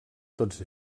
tots